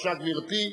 בבקשה, גברתי.